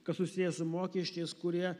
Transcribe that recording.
kas susiję su mokesčiais kurie